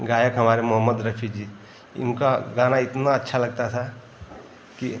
गायक हमारे मोहम्मद रफी जी इनका गाना इतना अच्छा लगता था कि